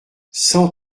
cent